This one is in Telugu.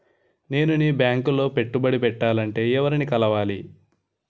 నేను మీ బ్యాంక్ లో పెట్టుబడి పెట్టాలంటే ఎవరిని కలవాలి?